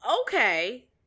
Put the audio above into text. okay